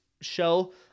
show